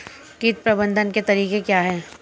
कीट प्रबंधन के तरीके क्या हैं?